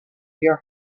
your